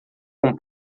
com